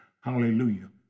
hallelujah